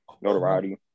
notoriety